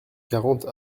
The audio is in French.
quarante